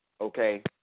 Okay